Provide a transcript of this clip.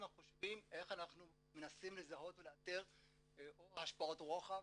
חושבים איך אנחנו מנסים לזהות ולאתר או השפעות רוחב,